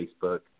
Facebook